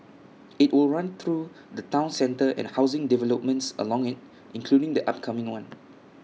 IT will run through the Town centre and housing developments along IT including the upcoming one